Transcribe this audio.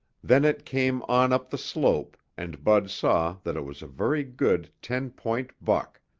then it came on up the slope and bud saw that it was a very good ten-point buck,